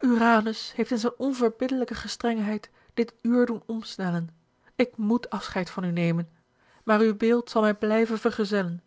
uranus heeft in zijne onverbiddelijke gestrengheid dit uur doen omsnellen ik moet afscheid van u nemen maar uw beeld zal mij blijven vergezellen